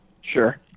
Sure